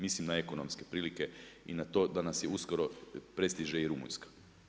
Mislim na ekonomske prilike i na to da nas uskoro prestiže i Rumunjska.